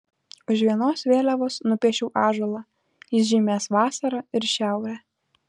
už vienos vėliavos nupiešiau ąžuolą jis žymės vasarą ir šiaurę